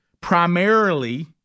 primarily